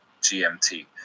GMT